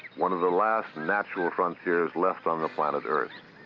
one of the last natural frontiers left on the planet earth.